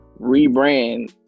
rebrand